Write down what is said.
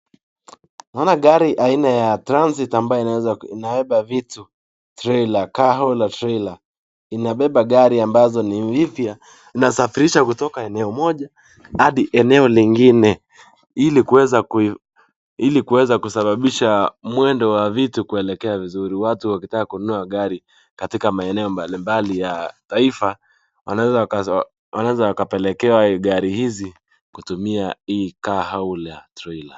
Naona gari aina ya transit ambayo inaweza inabeba vitu, trailer car hauler trailer . Inabeba gari ambazo ni mpya. Inasafirisha kutoka eneo moja hadi eneo lingine ili kuweza ili kuweza kusababisha mwendo wa vitu kuelekea vizuri. Watu wakitaka kununua gari katika maeneo mbalimbali ya taifa wanaweza wanaweza wakapelekewa hii gari hizi kutumia hii car hauler trailer .